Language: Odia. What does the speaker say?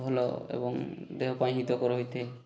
ଭଲ ଏବଂ ଦେହ ପାଇଁ ହିତକର ରହିଥାଏ